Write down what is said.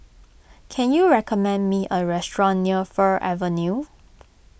can you recommend me a restaurant near Fir Avenue